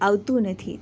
આવતું નથી